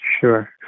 Sure